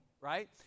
right